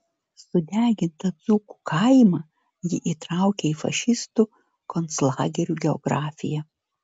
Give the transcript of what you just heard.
sudegintą dzūkų kaimą ji įtraukia į fašistų konclagerių geografiją